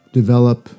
develop